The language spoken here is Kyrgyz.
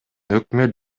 өкмөт